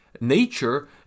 nature